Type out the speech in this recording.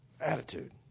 Attitude